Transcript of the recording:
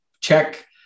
check